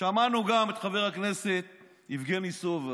שמענו גם את חבר הכנסת יבגני סובה.